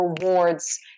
rewards